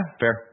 fair